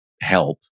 help